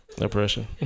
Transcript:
Oppression